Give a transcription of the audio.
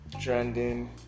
trending